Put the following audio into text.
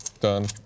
Done